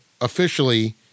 officially